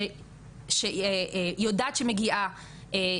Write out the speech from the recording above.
שהיא יודעת שמגיעה,